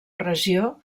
regió